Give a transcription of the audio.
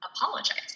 apologize